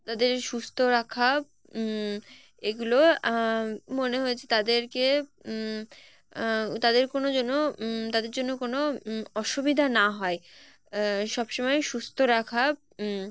তাদের সুস্থ রাখা এগুলো মনে হয়েছে তাদেরকে তাদের কোনো যেন তাদের জন্য কোনো অসুবিধা না হয় সব সমময় সুস্থ রাখা